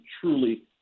truly